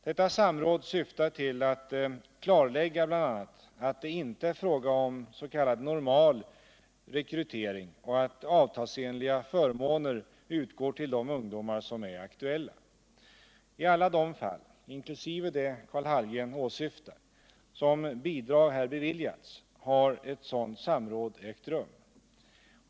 Detta samråd syftar till att klarlägga bl.a. att det inte är fråga om s.k. normal rekrytering och att avtalsenliga förmåner utgår till de ungdomar som är aktuella. I alla de fall — inkl. det Karl Hallgren åsyftar — som bidrag har beviljats har ett sådant samråd ägt rum.